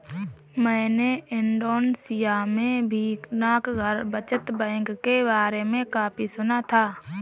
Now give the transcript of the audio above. मैंने इंडोनेशिया में भी डाकघर बचत बैंक के बारे में काफी सुना था